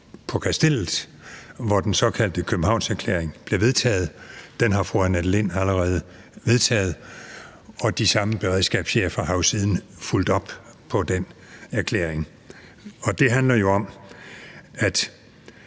på Kastellet, hvor den såkaldte Københavnserklæring blev vedtaget. Den har fru Annette Lind allerede vedtaget, og de samme beredskabschefer har jo siden fulgt op på den erklæring, og det handler jo om, at